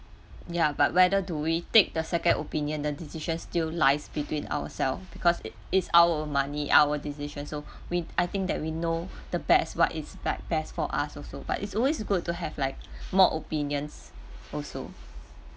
ya but whether do we take the second opinion the decision still lies between ourself because i~ is our money our decision so we I think that we know the best what is like best for us also but is always good to have like more opinions also